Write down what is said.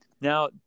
Now